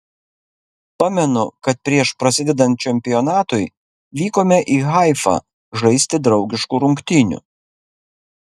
pamenu kad prieš prasidedant čempionatui vykome į haifą žaisti draugiškų rungtynių